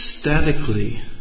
statically